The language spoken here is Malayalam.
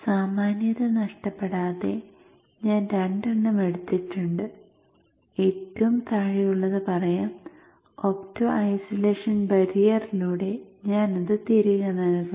സാമാന്യത നഷ്ടപ്പെടാതെ ഞാൻ രണ്ടെണ്ണം എടുത്തിട്ടുണ്ട് ഏറ്റവും താഴെയുള്ളത് പറയാം ഒപ്റ്റോ ഐസൊലേഷൻ ബാരിയറിലൂടെ ഞാൻ അത് തിരികെ നൽകും